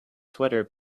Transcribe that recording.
sweater